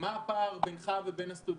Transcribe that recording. מה הפער בינך לבין הסטודנטים.